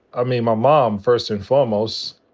i mean, my mom first and foremost.